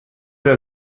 der